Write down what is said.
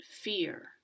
fear